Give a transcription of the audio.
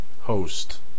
host